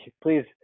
please